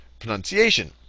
Pronunciation